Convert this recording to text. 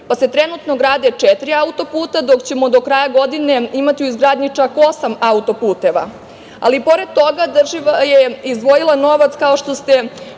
pa se trenutno grade četiri auto-puta, dok ćemo do kraja godine imati u izgradnji čak osam auto-puteva. Pored toga država je izdvojila novac, kao što ste